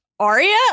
Aria